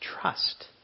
trust